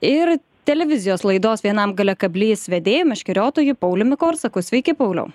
ir televizijos laidos vienam gale kablys vedėju meškeriotoju pauliumi korsaku sveiki pauliau